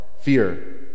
fear